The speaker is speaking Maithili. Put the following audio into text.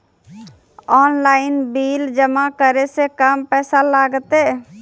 ऑनलाइन बिल जमा करै से कम पैसा लागतै?